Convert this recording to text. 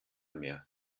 mehr